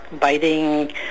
biting